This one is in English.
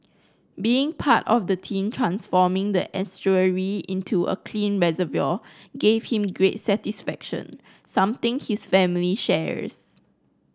being part of the team transforming the estuary into a clean reservoir gave him great satisfaction something his family shares